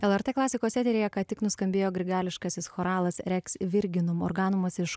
lrt klasikos eteryje ką tik nuskambėjo grigališkasis choralas reks virginum organumus iš